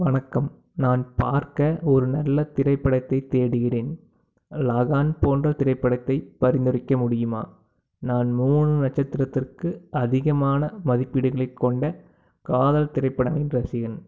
வணக்கம் நான் பார்க்க ஒரு நல்ல திரைப்படத்தை தேடுகிறேன் லகான் போன்ற திரைப்படத்தை பரிந்துரைக்க முடியுமா நான் மூணு நடச்சத்திரத்திற்கு அதிகமான மதிப்பீடுகளைக் கொண்ட காதல் திரைப்படங்களின் ரசிகன்